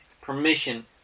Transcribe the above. permission